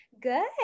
good